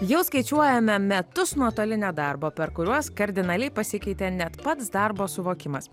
jau skaičiuojame metus nuotolinio darbo per kuriuos kardinaliai pasikeitė net pats darbo suvokimas